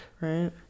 right